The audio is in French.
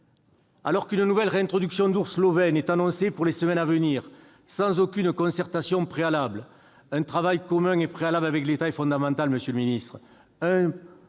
Pourtant une nouvelle réintroduction d'ours slovènes est annoncée pour les semaines à venir sans qu'aucune concertation ait été organisée. Un travail commun et préalable avec l'État est fondamental, monsieur le ministre,